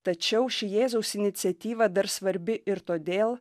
tačiau ši jėzaus iniciatyva dar svarbi ir todėl